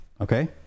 okay